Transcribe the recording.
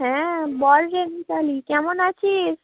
হ্যাঁ বল রে মিতালি কেমন আছিস